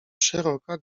szeroka